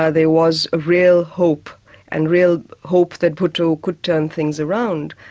ah there was a real hope and real hope that bhutto could turn things around.